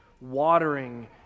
watering